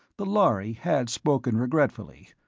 the lhari had spoken regretfully,